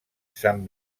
sant